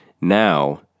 Now